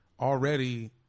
already